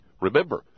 Remember